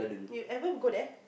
you ever to go there